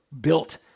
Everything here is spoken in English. built